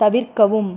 தவிர்க்கவும்